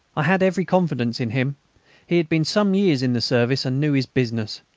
i had every confidence in him he had been some years in the service, and knew his business.